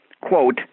quote